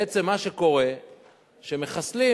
בעצם מה שקורה זה שמחסלים,